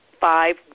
five